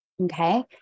Okay